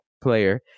player